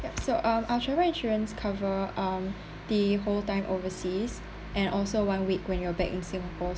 yup so um our travel insurance cover um the whole time overseas and also one week when you're back in singapore